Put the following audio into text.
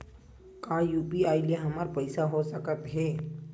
का यू.पी.आई से हमर पईसा हो सकत हे?